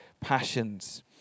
passions